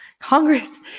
Congress